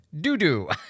Doo-doo